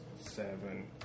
seven